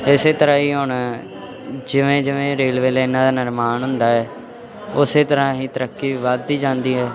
ਇਸੇ ਤਰ੍ਹਾਂ ਹੀ ਹੁਣ ਜਿਵੇਂ ਜਿਵੇਂ ਰੇਲਵੇ ਲਾਈਨਾਂ ਦਾ ਨਿਰਮਾਣ ਹੁੰਦਾ ਹੈ ਉਸੇ ਤਰ੍ਹਾਂ ਹੀ ਤਰੱਕੀ ਵਧਦੀ ਜਾਂਦੀ ਹੈ